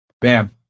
Bam